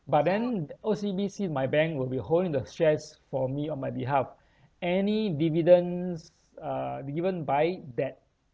but then O_C_B_C my bank would be holding the shares for me on my behalf any dividends uh that given by that